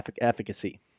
efficacy